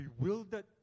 bewildered